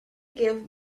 give